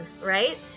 right